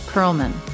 Perlman